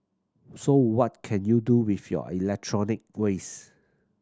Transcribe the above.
so what can you do with your electronic waste